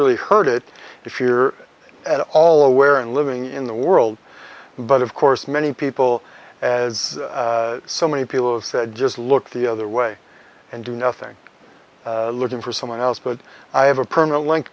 really heard it if you're at all aware and living in the world but of course many people as so many people said just look the other way and do nothing looking for someone else but i have a permanent link